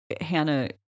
Hannah